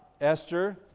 Esther